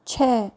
छः